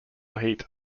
heat